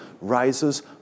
rises